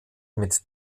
mit